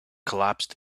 collapsed